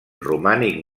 romànic